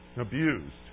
abused